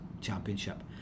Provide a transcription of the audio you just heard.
championship